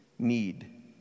Need